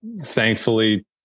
thankfully